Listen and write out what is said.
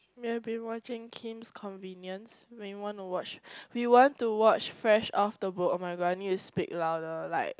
we had been watching Kim's Convenience when we want to watch we want to watch Fresh-Off-the-Boat [oh]-my-god I need to speak louder like